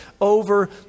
over